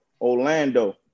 orlando